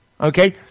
Okay